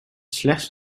slechts